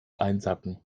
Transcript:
einsacken